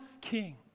king